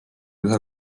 ühe